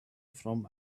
from